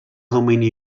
domini